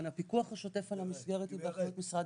הפיקוח השוטף על המסדרת הוא באחריות משרד